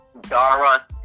Dara